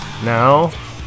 Now